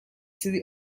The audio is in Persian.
سری